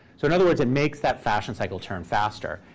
so in other words, it makes that fashion cycle turn faster.